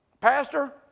Pastor